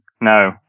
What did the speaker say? No